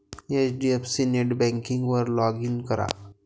HDFC नेटबँकिंगवर log in करा